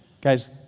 guys